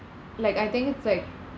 like I think it's like